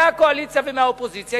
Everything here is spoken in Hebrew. מהקואליציה ומהאופוזיציה,